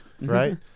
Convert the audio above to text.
Right